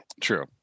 True